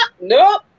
Nope